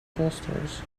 bolsters